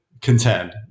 contend